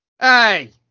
Hey